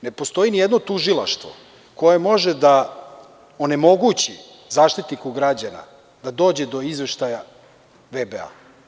Ne postoji ni jedno tužilaštvo koje može da onemogući Zaštitniku građana da dođe do izveštaja VBA.